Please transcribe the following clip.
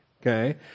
okay